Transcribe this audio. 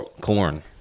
Corn